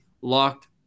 Locked